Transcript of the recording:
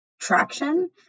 traction